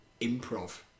improv